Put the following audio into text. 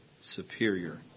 superior